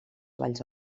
valls